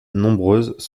nombreuses